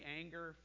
anger